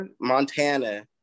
Montana